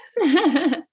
Yes